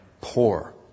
poor